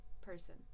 person